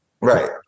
Right